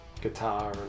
guitar